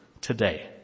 today